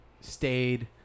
stayed